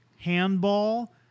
handball